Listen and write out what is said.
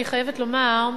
אני חייבת לומר,